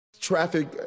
Traffic